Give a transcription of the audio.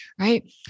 right